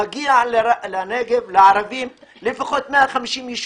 מגיע לערבים בנגב לפחות 150 יישובים.